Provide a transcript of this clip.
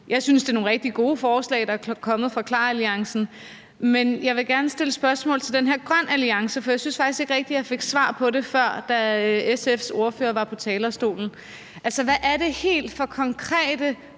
Jeg synes, det er nogle rigtig gode forslag, der er kommet fra KLAR-alliancen, men jeg vil gerne stille spørgsmål til den her grønne alliance, for jeg synes faktisk ikke rigtigt, at jeg fik svar på det før, da SF's ordfører var på talerstolen. Altså, hvad er det for konkrete